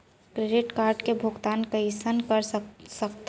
Credit card के भुगतान कईसने कर सकथो?